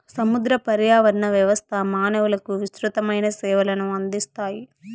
సముద్ర పర్యావరణ వ్యవస్థ మానవులకు విసృతమైన సేవలను అందిస్తాయి